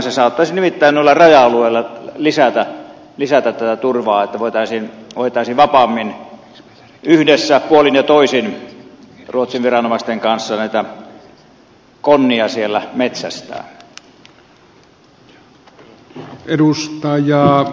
se saattaisi nimittäin noilla raja alueilla lisätä tätä turvaa että voitaisiin vapaammin yhdessä puolin ja toisin ruotsin viranomaisten kanssa näitä konnia siellä metsästää